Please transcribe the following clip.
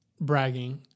bragging